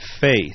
faith